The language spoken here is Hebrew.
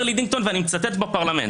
אומר לי דינגטון, ואני מצטט, בפרלמנט: